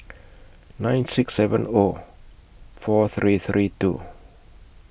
nine six seven O four three three two